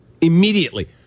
immediately